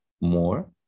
more